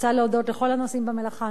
אני רוצה להודות לכל הנושאים במלאכה.